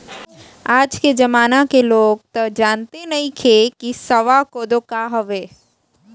आज के जमाना के लोग तअ जानते नइखे की सावा कोदो का हवे